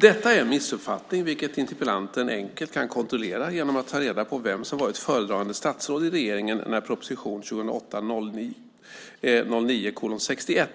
Detta är en missuppfattning, vilket interpellanten enkelt kan kontrollera genom att ta reda på vem som har varit föredragande statsråd i regeringen när proposition 2008/09:61